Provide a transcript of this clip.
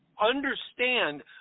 understand